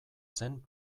zen